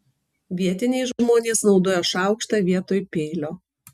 vietiniai žmonės naudoja šaukštą vietoj peilio